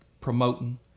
promoting